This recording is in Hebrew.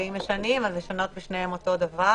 ואם משנים, אז לשנות בשניהם אותו דבר.